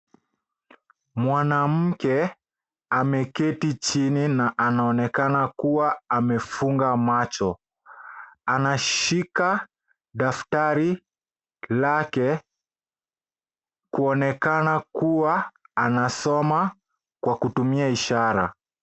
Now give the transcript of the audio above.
Mwanamke ameketi chini na anaonekana kuwa amefunga macho. Anashika daftari lake kuonekana kuwa anasoma kwa kutumia ishara.